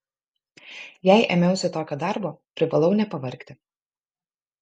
jei ėmiausi tokio darbo privalau nepavargti